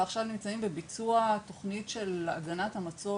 ועכשיו נמצאים בביצוע התוכנית של הגנת המצוף